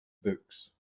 books